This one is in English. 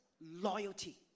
loyalty